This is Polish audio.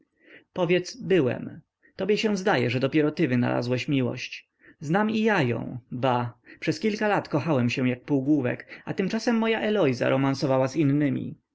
powiedz byłem tobie się zdaje że dopiero ty wynalazłeś miłość znam i ja ją bah przez kilka lat kochałem się jak półgłówek a tymczasem moja heloiza romansowała z innymi